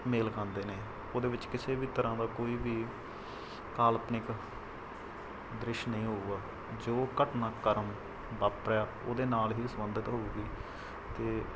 ਮੇਲ ਖਾਂਦੇ ਨੇ ਉਹਦੇ ਵਿੱਚ ਕਿਸੇ ਵੀ ਤਰ੍ਹਾਂ ਦਾ ਕੋਈ ਵੀ ਕਾਲਪਨਿਕ ਦ੍ਰਿਸ਼ ਨਹੀਂ ਹੋਊਗਾ ਜੋ ਘਟਨਾ ਕਰਮ ਵਾਪਰਿਆ ਉਹਦੇ ਨਾਲ ਹੀ ਸੰਬੰਧਿਤ ਹੋਊਗੀ ਅਤੇ